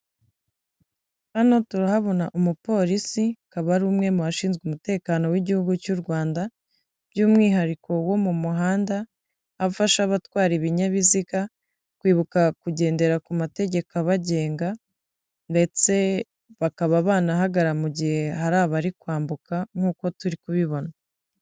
Hano turahabona umupolisi akaba ari umwe mu bashinzwe umutekano w'igihugu cy'u Rwanda by'umwihariko wo mu muhanda, aho afasha abatwara ibinyabiziga kwibuka kugendera ku mategeko abagenga ndetse bakaba banahagarara mu gihe hari abari kwambuka nk'uko turi kubibona.